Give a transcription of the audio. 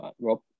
Rob